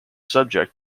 subject